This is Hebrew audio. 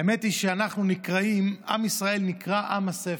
האמת היא שעם ישראל נקרא עם הספר.